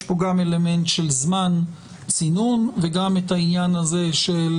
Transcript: יש פה גם אלמנט של זמן צינון וגם את העניין הזה של